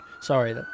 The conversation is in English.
Sorry